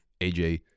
AJ